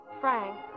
Frank